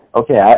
okay